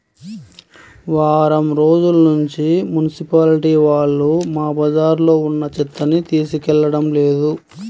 వారం రోజుల్నుంచి మున్సిపాలిటీ వాళ్ళు మా బజార్లో ఉన్న చెత్తని తీసుకెళ్లడం లేదు